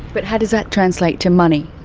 but how does that translate to money?